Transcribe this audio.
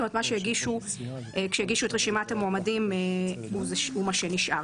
מה שהגישו בעת הגשת המועמדים זה מה שנשאר.